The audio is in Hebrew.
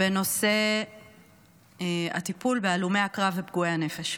בנושא הטיפול בהלומי הקרב ופגועי הנפש.